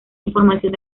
información